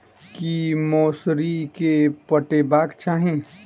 की मौसरी केँ पटेबाक चाहि?